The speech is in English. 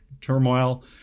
turmoil